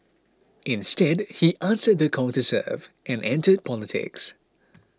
instead he answered the call to serve and entered politics